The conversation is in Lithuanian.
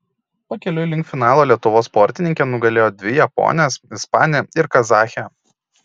pakeliui link finalo lietuvos sportininkė nugalėjo dvi japones ispanę ir kazachę